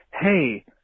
hey